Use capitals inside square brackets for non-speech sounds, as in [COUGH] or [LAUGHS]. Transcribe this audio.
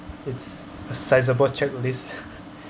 it's a sizable checklist [LAUGHS]